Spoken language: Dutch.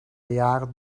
jaren